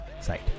site